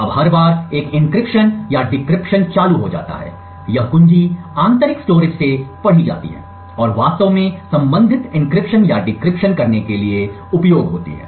अब हर बार एक एन्क्रिप्शन या डिक्रिप्शन चालू हो जाता है यह कुंजी आंतरिक स्टोरेज से पढ़ी जाती है और वास्तव में संबंधित एन्क्रिप्शन या डिक्रिप्शन करने के लिए उपयोग होती है